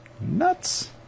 nuts